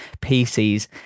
PCs